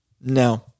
No